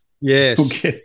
Yes